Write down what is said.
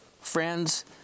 friends